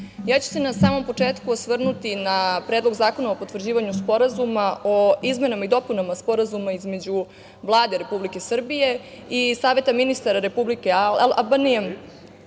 ja ću se na samom početku osvrnuti na Predlog zakona o potvrđivanju Sporazuma o izmenama i dopunama Sporazuma između Vlade Republike Srbije i Saveta ministara Republike Albanije